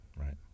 right